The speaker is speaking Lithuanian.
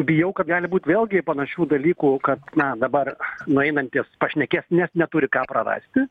bijau kad gali būt vėlgi panašių dalykų kad na dabar nueinantys pašnekės nes neturi ką prarasti